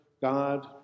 God